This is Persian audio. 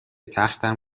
تختم